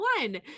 one